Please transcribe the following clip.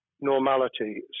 normality